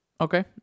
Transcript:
Okay